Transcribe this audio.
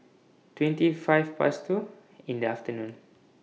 twenty five Past two in The afternoon